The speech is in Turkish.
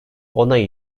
onay